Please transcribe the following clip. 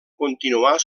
continuar